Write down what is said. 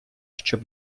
щоб